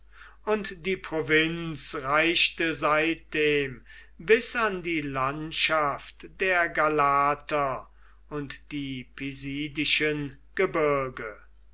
und die provinz reichte seitdem bis an die landschaft der galater und die pisidischen gebirge